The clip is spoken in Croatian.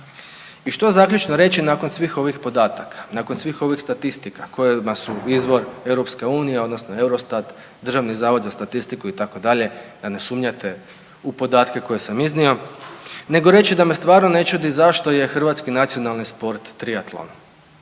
I što zaključno reći nakon svih ovih podataka, nakon svih ovih statistika kojima su izvor Europska unija odnosno Eurostat, Državni zavod za statistiku itd. da ne sumnjate u podatke koje sam iznio, nego reći da me stvarno ne čudi zašto je hrvatski nacionalni sport trijatlon